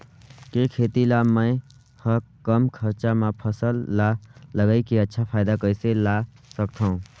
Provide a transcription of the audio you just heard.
के खेती ला मै ह कम खरचा मा फसल ला लगई के अच्छा फायदा कइसे ला सकथव?